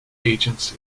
agencies